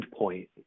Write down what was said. endpoint